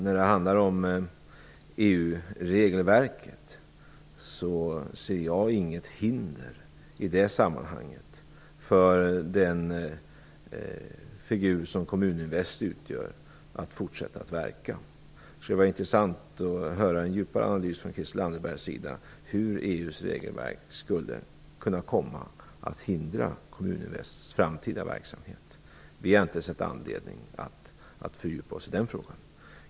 När det handlar om EU-regelverket, ser jag i det sammanhanget inget hinder för Kommuninvest att fortsätta att verka. Det skulle vara intressant att höra en djupare analys från Christel Anderberg av hur EU:s regelverk skulle kunna komma att hindra Kommuninvests framtida verksamhet. Vi har inte sett någon anledning att fördjupa oss i frågan.